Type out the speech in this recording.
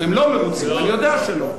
הם לא מרוצים, אני יודע שלא.